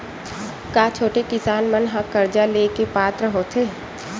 का छोटे किसान मन हा कर्जा ले के पात्र होथे?